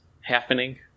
happening